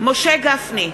משה גפני,